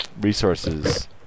resources